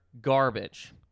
garbage